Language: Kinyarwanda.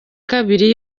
kabiri